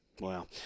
Wow